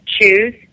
choose